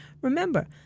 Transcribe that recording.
Remember